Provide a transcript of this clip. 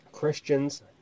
christians